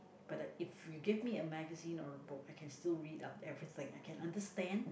but I if you gave me a magazine or a book I can still read up everything I can understand